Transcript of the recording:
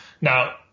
Now